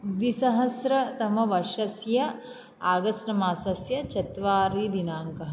द्विसहस्रतमवर्षस्य आगस्ट् मासस्य चत्वारिदिनाङ्कः